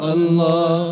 Allah